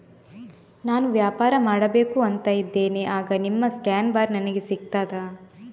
ನಾನು ವ್ಯಾಪಾರ ಮಾಡಬೇಕು ಅಂತ ಇದ್ದೇನೆ, ಆಗ ನಿಮ್ಮ ಸ್ಕ್ಯಾನ್ ಬಾರ್ ನನಗೆ ಸಿಗ್ತದಾ?